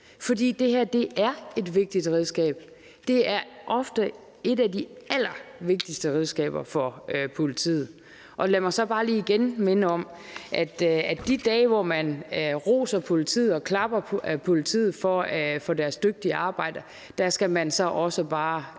For det her er et vigtigt redskab, det er ofte et af de allervigtigste redskaber for politiet. Lad mig så bare lige igen minde om, at man de dage, hvor man roser politiet og klapper ad politiet for deres dygtige arbejde, så også bare